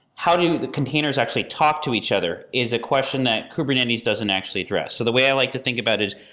how do the containers actually talk to each other? is a question that kubernetes doesn't actually address. the way i like to think about it,